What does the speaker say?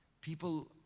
people